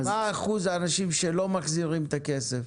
מה אחוז האנשים שלא מחזירים את הכסף?